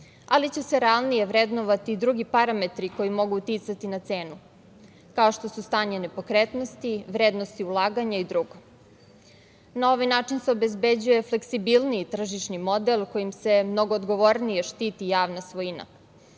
ali će se realnije vrednovati i drugi parametri koji mogu uticati na cenu kao što su stanje nepokretnosti, vrednosti ulaganja i drugo. Na ovaj način se obezbeđuje fleksibilniji tržišni model kojim se mnogo odgovornije štiti javna svojina.